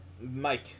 Mike